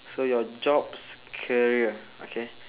so your jobs career okay